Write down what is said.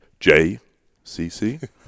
JCC